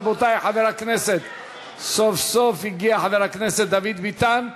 רבותי, סוף-סוף הגיע חבר הכנסת דוד ביטן.